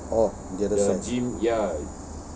oh the other side